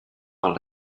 mal